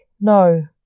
No